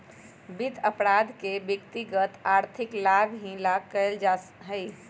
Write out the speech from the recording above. वित्त अपराध के व्यक्तिगत आर्थिक लाभ ही ला कइल जा हई